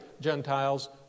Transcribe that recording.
Gentiles